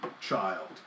child